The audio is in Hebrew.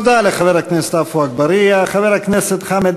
תודה לחבר הכנסת עפו אגבאריה.